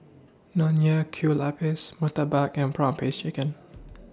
Nonya Kueh Lapis Murtabak and Prawn Paste Chicken